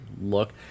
look